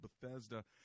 Bethesda